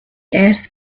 earth